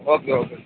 okay okay